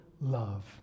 love